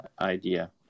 idea